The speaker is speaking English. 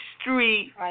street